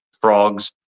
frogs